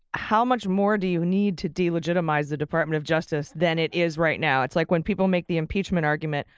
how much more do you need to delegitimize delegitimize the department of justice than it is right now? it's like when people make the impeachment argument,